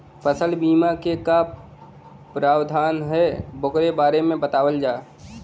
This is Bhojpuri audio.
फसल बीमा क का प्रावधान हैं वोकरे बारे में बतावल जा?